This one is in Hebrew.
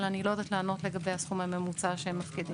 אבל אני לא יודעת לענות לגבי הסכום הממוצע שמפקידים.